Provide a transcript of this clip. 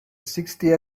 sixty